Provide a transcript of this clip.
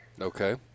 Okay